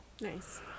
Nice